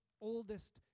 oldest